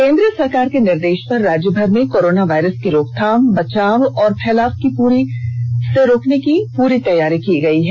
केंद्र सरकार के निर्देष पर राज्यभर में कोरोना वायरस की रोकथाम बचाव और फैलाव रोकने की पूरी तैयारी की गयी है